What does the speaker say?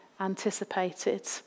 anticipated